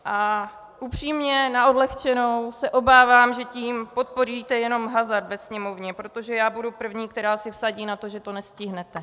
A upřímně, na odlehčenou, se obávám, že tím podpoříte jenom hazard ve Sněmovně, protože já budu první, která si vsadí na to, že to nestihnete.